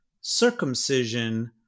circumcision